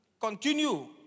Continue